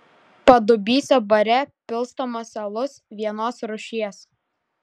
padubysio bare pilstomas alus vienos rūšies